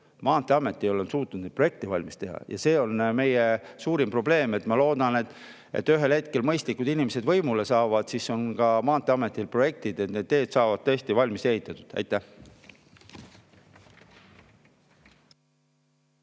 Maanteeamet ei ole suutnud neid projekte valmis teha. Ja see on meie suurim probleem. Ma loodan, et kui ühel hetkel mõistlikud inimesed võimule saavad, siis on ka Maanteeametil projektid, et need teed tõesti valmis ehitada. Aitäh!